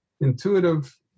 intuitive